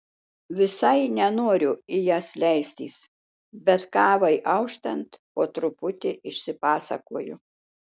visai nenoriu į jas leistis bet kavai auštant po truputį išsipasakoju